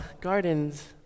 gardens